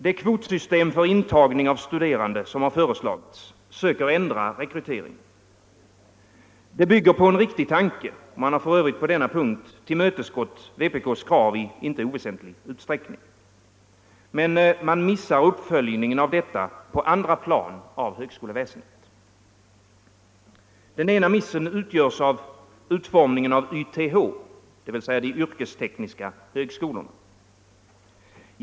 Det kvotsystem för intagning av studerande som föreslagits söker ändra rekryteringen. Det bygger på en riktig tanke och man har för övrigt på denna punkt tillmötesgått vpk:s krav i inte oväsentlig utsträckning. Men man missar uppföljningen av detta på andra plan av högskoleväsendet. Den ena missen utgörs av utformningen av YTH, dvs. de yrkestekniska högskolorna.